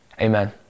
Amen